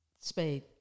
spade